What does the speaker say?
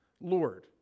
lord